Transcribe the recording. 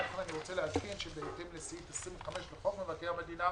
אני רוצה לעדכן שבהתאם לסעיף 25 לחוק מבקר המדינה